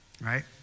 right